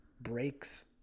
breaks